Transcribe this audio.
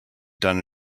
done